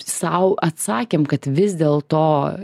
sau atsakėm kad vis dėl to